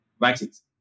Vaccines